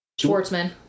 Schwartzman